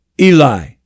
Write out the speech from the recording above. Eli